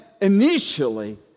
initially